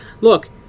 Look